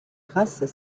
grâces